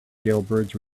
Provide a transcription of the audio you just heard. jailbirds